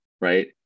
right